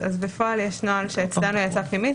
בפועל יש נוהל שיצא פנימית אצלנו,